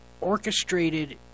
orchestrated